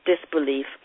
disbelief